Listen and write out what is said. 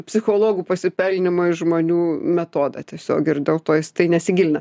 psichologų pasipelnymo iš žmonių metodą tiesiog ir dėl to jis tai nesigilina